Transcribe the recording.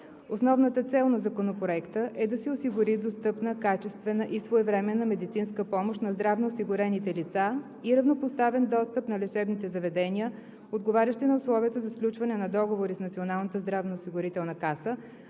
Основната цел на Законопроекта е да се осигури достъпна, качествена и своевременна медицинска помощ на здравноосигурените лица и равнопоставен достъп на лечебните заведения, отговарящи на условията за сключване на договори с Националната здравноосигурителна каса,